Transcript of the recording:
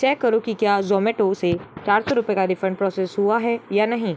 check करो की क्या जोमैटो से चार सौ रुपये का रिफन्ड प्रोसेस हुआ है या नहीं